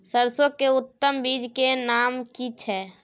सरसो के उत्तम बीज के नाम की छै?